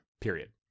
period